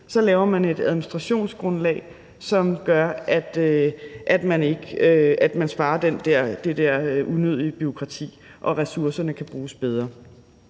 så laver et administrationsgrundlag, som gør, at man sparer det der unødige bureaukrati, og at ressourcerne kan bruges bedre.